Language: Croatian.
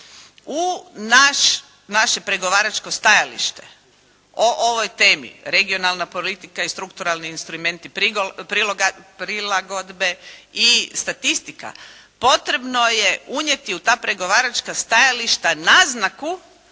u naše pregovaračko stajalište o ovoj temi – Regionalna politika i strukturalni instrumenti prilagodbe i statistika. Potrebno je unijeti u ta pregovaračka stajališta naznaku